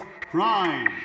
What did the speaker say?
Prime